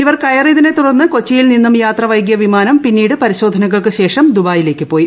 ഇവർ കയറിയതിനെ തുടർന്ന് കൊച്ചിയിൽ വൈകിയ നിന്നും യാത്ര വിമാനം പിന്നീട് പരിശോധനകൾക്കുശേഷം ദുബായിലേക്ക് പോയി